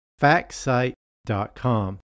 factsite.com